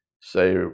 Say